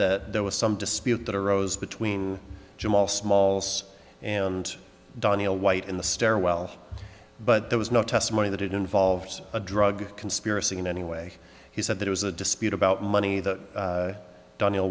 that there was some dispute that arose between jamal smalls and danielle white in the stairwell but there was no testimony that it involved a drug conspiracy in any way he said that was a dispute about money that daniel